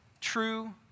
True